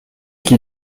qui